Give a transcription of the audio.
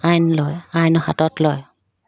আইন লয় আইন হাতত লয়